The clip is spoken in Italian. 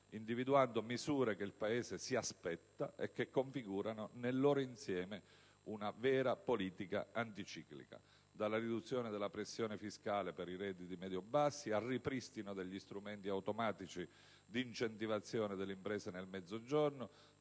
individuando misure che il Paese si aspetta e che configurano nel loro insieme una vera politica anticiclica. Dalla riduzione della pressione fiscale per i redditi medio-bassi al ripristino degli strumenti automatici di incentivazione delle imprese nel Mezzogiorno;